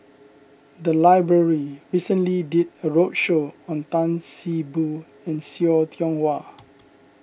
the library recently did a roadshow on Tan See Boo and See Tiong Wah